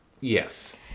Yes